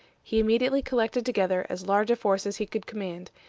he immediately collected together as large a force as he could command,